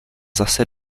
zase